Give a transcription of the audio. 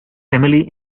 family